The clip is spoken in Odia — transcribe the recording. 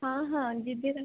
ହଁ ହଁ ଯିବି କାଲି